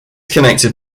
connected